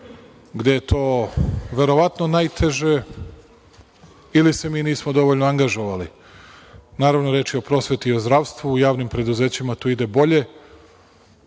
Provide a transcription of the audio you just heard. gde je to verovatno najteže ili se mi nismo dovoljno angažovali. Naravno, reč je o prosveti i o zdravstvu. U javnim preduzećima to ide bolje,